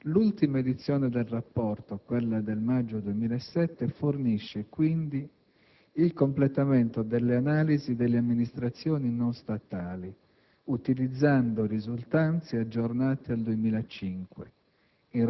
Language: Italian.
L'ultima edizione del rapporto (quella di maggio 2007) fornisce, quindi, il completamento dell'analisi delle amministrazioni non statali, utilizzando risultanze aggiornate al 2005,